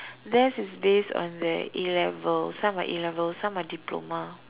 theirs is based on their A-levels some are A-levels some are diploma